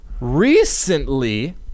Recently